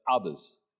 others